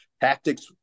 tactics